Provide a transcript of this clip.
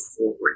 forward